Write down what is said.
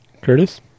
curtis